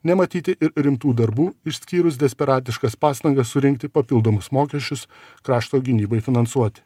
nematyti ir rimtų darbų išskyrus desperatiškas pastangas surinkti papildomus mokesčius krašto gynybai finansuoti